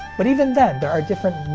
but even then, there are different